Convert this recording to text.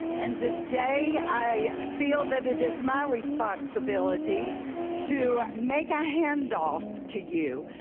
and today, i feel that it is my responsibility to make a handoff to you.